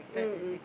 mm mm